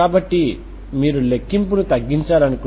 కాబట్టి మీరు పొందుతున్నది XLT0